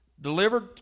delivered